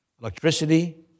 Electricity